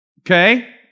Okay